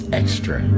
extra